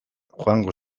joango